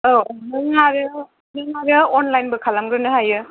औ नों आरो नों माबायाव अनलाइनबो खालामग्रोनो हायो